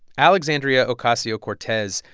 alexandria ocasio-cortez,